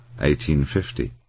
1850